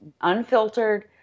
unfiltered